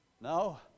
No